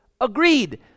agreed